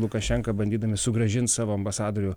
lukašenka bandydami sugrąžins savo ambasadorių